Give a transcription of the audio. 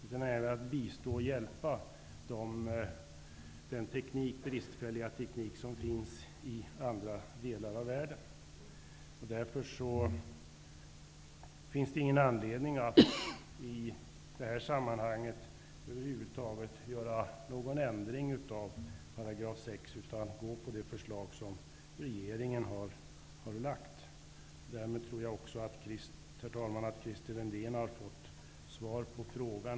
Men det gäller också att bistå i fråga om den bristfälliga tekniken i andra delar av världen. Därför finns det ingen anledning att i detta sammanhang över huvud taget göra någon ändring av 6 § kärntekniklagen. I stället får vi gå på det förslag som regeringen har lagt fram. Därmed tror jag, herr talman, att Christer Windén har fått svar på sin fråga.